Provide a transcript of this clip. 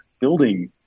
building